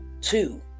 Two